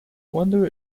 wonder